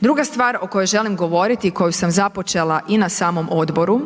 Druga stvar o kojoj želim govoriti i koju sam započela i na samom odboru,